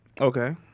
Okay